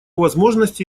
возможности